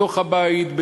בתוך הבית,